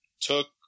took